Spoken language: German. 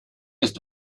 ist